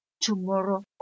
tomorrow